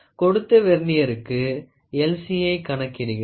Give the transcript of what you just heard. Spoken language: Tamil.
கொடுத்த வெர்னியருக்கு LC யய் கணக்கிடுகிறோம்